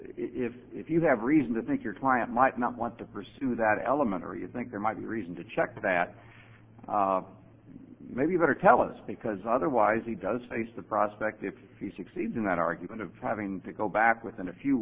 if you have reason to think your client might not want to pursue that element or you think there might be reason to check that may be able to tell us because otherwise he does face the prospect if you succeeds in that argument of having to go back within a few